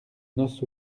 noces